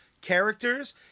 characters